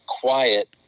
quiet